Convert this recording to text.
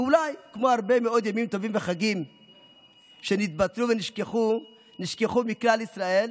ואולי כמו הרבה מאוד ימים טובים וחגים שנתבטלו ונשכחו מכלל ישראל,